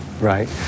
right